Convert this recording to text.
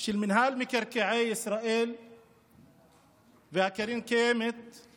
של מינהל מקרקעי ישראל והקרן הקיימת כדי להשמיד את היבולים